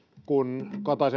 kun kataisen